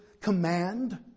command